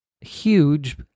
huge